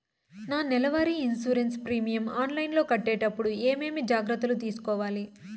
నా నెల వారి ఇన్సూరెన్సు ప్రీమియం ఆన్లైన్లో కట్టేటప్పుడు ఏమేమి జాగ్రత్త లు తీసుకోవాలి?